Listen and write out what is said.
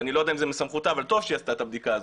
שאני לא יודע אם זה מסמכותה אבל טוב שהיא שעשתה את הבדיקה הזאת,